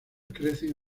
crecen